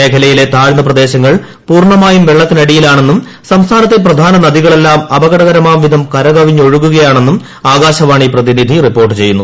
മേഖലയിലെ താഴ്ന്ന പ്രദേശങ്ങൾ പൂർണ്ണമായും വെള്ളത്തിനടിയിലാണെന്നും സംസ്ഥാനത്തെ പ്രധാന നദികളെല്ലാം അപകടകരമാം വിധം കരകവിഞ്ഞൊഴുകുകയാണെന്നും ആകാശവാണി പ്രതിനിധി റിപ്പോർട്ട് ചെയ്യുന്നു